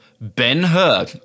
Ben-Hur